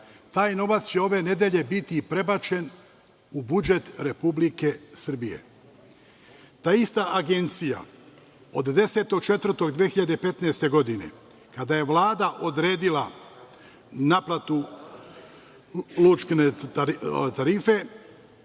Taj novac će ove nedelje biti prebačen u budžet Republike Srbije. Ta ista Agencija od 10. 04. 2015. godine, kada je Vlada odredila naplatu tarife,